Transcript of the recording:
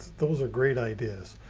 those are great ideas.